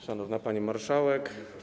Szanowna Pani Marszałek!